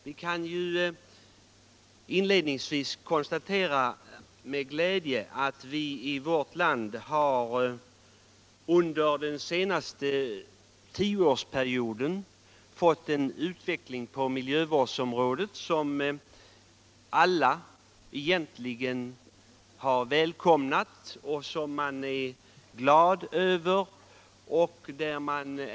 Vi kan inledningsvis med glädje konstatera att vi i vårt land under den senaste tioårsperioden har fått en utveckling på miljövårdsområdet som alla har välkomnat och som man är glad över.